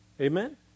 Amen